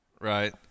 Right